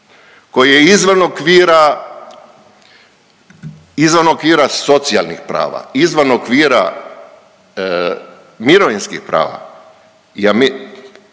koji je izvan okvira socijalnih prava, izvan okvira mirovinskih prava